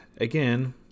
again